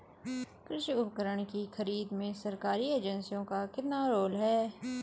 कृषि उपकरण की खरीद में सरकारी एजेंसियों का कितना रोल है?